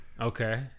Okay